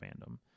fandom